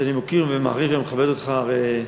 ואני מוקיר ומעריך ומכבד אותך הרי רבות,